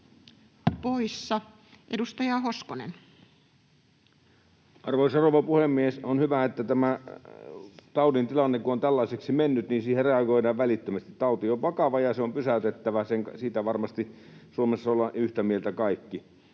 Time: 17:46 Content: Arvoisa rouva puhemies! On hyvä, että tämä taudin tilanne kun on tällaiseksi mennyt, siihen reagoidaan välittömästi. Tauti on vakava, ja se on pysäytettävä. Siitä varmasti Suomessa ollaan yhtä mieltä kaikki.